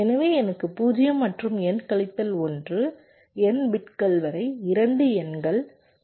எனவே எனக்கு 0 மற்றும் n கழித்தல் 1 n பிட்கள் வரை 2 எண்கள் A மற்றும் B உள்ளன